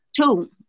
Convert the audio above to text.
Two